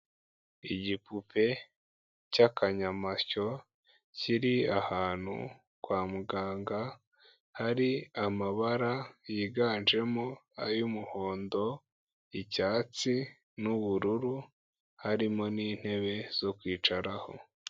Igipupe cy'akanyamasyo kiri ahantu kwa muganga, hari amabara yiganjemo ay'umuhondo, icyatsi n'ubururu, harimo n'intebe zo kwicaraho.